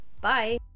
Bye